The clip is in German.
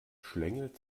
schlängelt